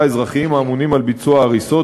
האזרחיים האמונים על ביצוע ההריסות,